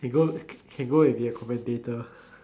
he go can go and be a commentator